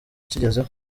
akigezeho